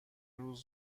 روز